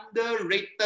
underrated